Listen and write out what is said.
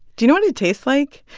do you know what it tastes like?